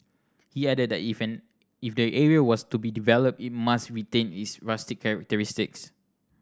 he added that if if the area was to be developed it must retain its rustic characteristics